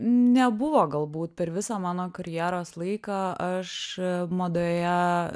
nebuvo galbūt per visą mano karjeros laiką aš madoje